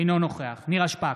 אינו נוכח נירה שפק,